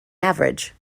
average